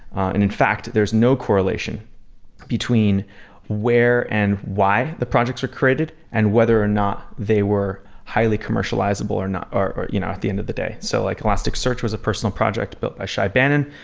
and in fact, there is no correlation between where and why the projects are created and whether or not they were highly commercializable or not you know at the end of the day. so like elasticsearch was a personal project built by shay banon.